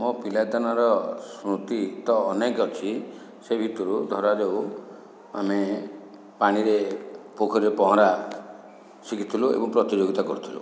ମୋ ପିଲାଦିନର ସ୍ମୃତି ତ ଅନେକ ଅଛି ସେହି ଭିତରୁ ଧରାଯାଉ ଆମେ ପାଣିରେ ପୋଖରୀରେ ପହଁରା ଶିଖିଥିଲୁ ଏବଂ ପ୍ରତିଯୋଗିତା କରୁଥିଲୁ